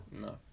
No